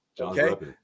Okay